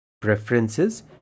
preferences